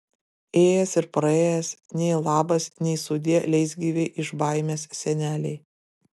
ėjęs ir praėjęs nei labas nei sudie leisgyvei iš baimės senelei